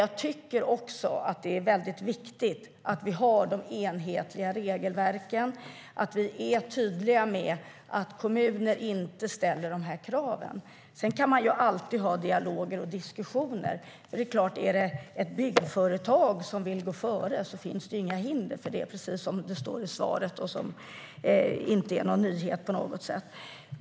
Jag tycker också att det är väldigt viktigt att vi har enhetliga regelverk och att vi är tydliga med att kommuner inte ska kunna ställa de här kraven. Sedan kan man alltid ha dialoger och diskussioner. Om ett byggföretag vill gå före finns det självklart inga hinder för det, precis som det står i svaret. Det är ingen nyhet på något sätt.